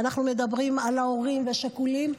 ואנחנו מדברים על ההורים השכולים,